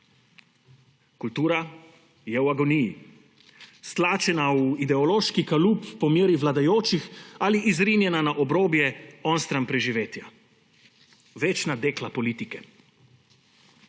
Kultura je v agoniji, stlačena v ideološki kalup po meri vladajočih ali izrinjena na obrobje onstran preživetja, večna dekla politike.